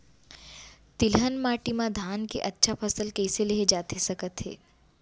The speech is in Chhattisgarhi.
तिलहन माटी मा धान के अच्छा फसल कइसे लेहे जाथे सकत हे?